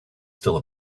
still